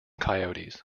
coyotes